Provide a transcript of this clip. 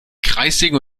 kreissägen